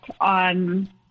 on